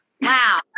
Wow